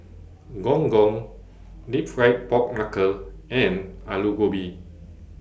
Gong Gong Deep Fried Pork Knuckle and Aloo Gobi